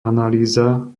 analýza